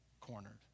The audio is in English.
cornered